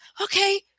Okay